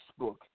Facebook